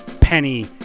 Penny